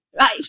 Right